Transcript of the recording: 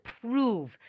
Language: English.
prove